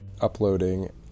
uploading